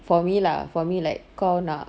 for me lah for me like kau nak